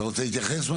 אתה רוצה להתייחס?